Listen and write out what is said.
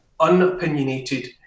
unopinionated